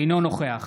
אינו נוכח